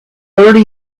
thirty